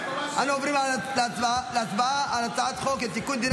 אנו עוברים להצבעה על הצעת חוק לתיקון דיני